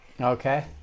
Okay